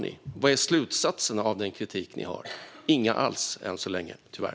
Vilka är slutsatserna av er kritik? Inga alls än så länge, tyvärr.